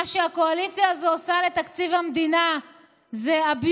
מה שהקואליציה הזאת עושה לתקציב המדינה זה abuse,